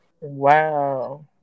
Wow